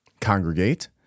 congregate